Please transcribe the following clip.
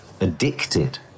addicted